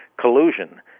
collusion